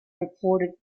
reported